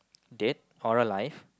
dead or alive